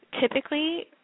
typically